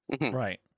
Right